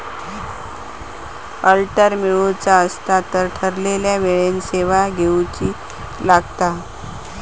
alert मिळवुचा असात तर ठरवलेल्या वेळेन सेवा घेउची लागात